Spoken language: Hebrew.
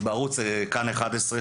התחקיר נעשה בערוץ כאן 11,